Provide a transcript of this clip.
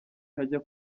hajya